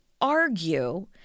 argue